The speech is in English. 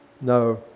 no